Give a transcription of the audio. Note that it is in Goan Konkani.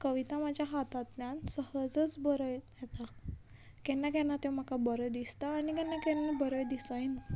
कविता म्हाज्या हातांतल्यान सहजच बरयता केन्ना केन्ना तें म्हाका बरें दिसता आनी केन्ना केन्ना बरें दिसय ना